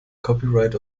copyright